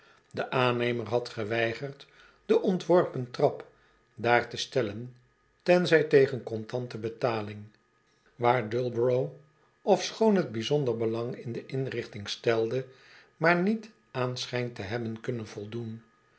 de aannemer had geweigerd de ontworpen trap daar te stellen tenzij tegen contante betaling waar dullborough ofschoon het bijzonder belang in de inrichting stelde maar niet aan schijnt te hebben kunnen voldoen